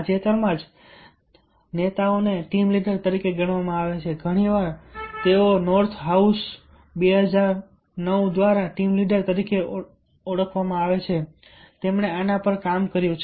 તાજેતરમાં જ નેતાઓને ટીમ લીડર તરીકે ગણવામાં આવે છે ઘણી વાર તેઓને નોર્થ હાઉસ 2009 દ્વારા ટીમ લીડર તરીકે ઓળખવામાં આવે છે તેમણે આના પર કામ કર્યું છે